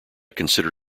consider